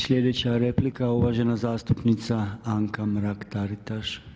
Sljedeća replika, uvažena zastupnica Anka Mrak-Taritaš.